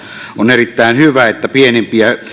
on erittäin hyvä että pienimpiä